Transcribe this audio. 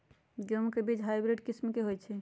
गेंहू के बीज हाइब्रिड किस्म के होई छई?